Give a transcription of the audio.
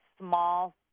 small